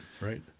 right